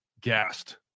gassed